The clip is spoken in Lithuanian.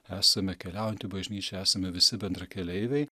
esame keliaujanti bažnyčia esame visi bendrakeleiviai